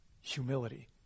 Humility